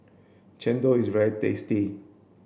Chendol is very tasty